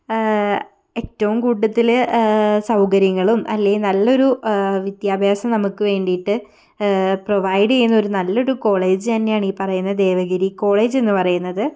ഏറ്റവും കൂടുതൽ സൗകര്യങ്ങളും അല്ലേ നല്ലൊരു വിദ്യാഭ്യാസം നമുക്ക് വേണ്ടിയിട്ട് പ്രൊവൈഡ് ചെയ്യുന്നൊരു നല്ലൊരു കോളേജ് തന്നെയാണ് ഈ പറയുന്ന ദേവഗിരി കോളേജ് എന്ന് പറയുന്നത്